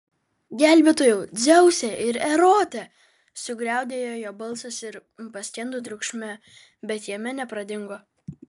gelbėtojau dzeuse ir erote sugriaudėjo jo balsas ir paskendo triukšme bet jame nepradingo